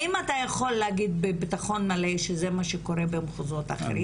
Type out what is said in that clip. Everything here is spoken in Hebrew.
האם אתה יכול להגיד בביטחון מלא שזה מה שקורה במחוזות אחרים?